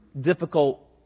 difficult